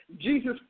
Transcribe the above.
Jesus